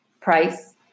price